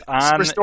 on